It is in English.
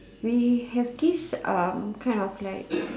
we have this um kind of like